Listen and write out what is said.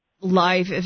life